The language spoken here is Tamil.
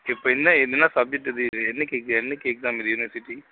இப்போ என்ன என்ன சப்ஜெக்ட் இது இது என்னைக்கு இது என்னைக்கு எக்ஸாம் இது யுனிவெர்சிட்டி